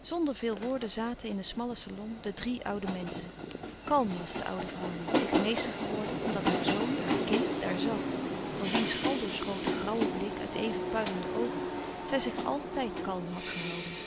zonder veel woorden zaten in den smallen salon de drie oude menschen kalm was de oude vrouw nu zich meester geworden omdat haar zoon haar kind daar zat voor wiens galdoorschoten grauwen blik uit even puilende oogen zij zich altijd had kalm gehouden